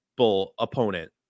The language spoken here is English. opponent